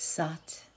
Sat